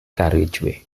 carriageway